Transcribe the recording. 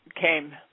came